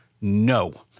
No